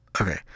okay